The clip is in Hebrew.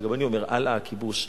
גם אני אומר "הלאה הכיבוש",